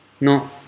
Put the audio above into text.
No